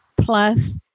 plus